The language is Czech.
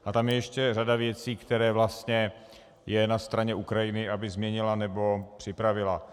A tam je ještě řada věcí, které vlastně jsou na straně Ukrajiny, aby změnila nebo připravila.